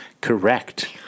Correct